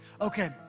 Okay